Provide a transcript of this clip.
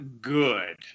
good